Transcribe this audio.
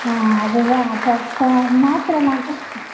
ஆ அது தான் அப்போ அப்போ மாத்திர நான்